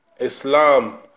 Islam